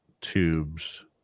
tubes